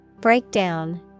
Breakdown